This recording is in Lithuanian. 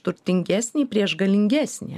turtingesnį prieš galingesnį